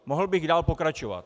Mohl bych dál pokračovat.